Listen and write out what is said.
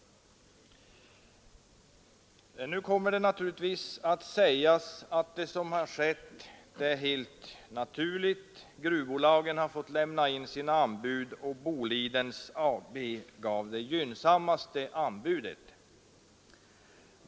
Nu kommer det naturligtvis att sägas att det som har skett är helt naturligt. Gruvbolagen har fått lämna in sina anbud, och Boliden AB avgav det gynnsammaste anbudet.